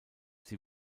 sie